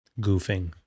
goofing